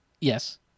Yes